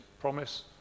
promise